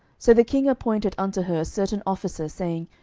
so the king appointed unto her a certain officer, saying,